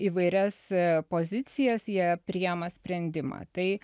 įvairias pozicijas jie priėma sprendimą tai